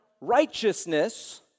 righteousness